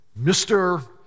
Mr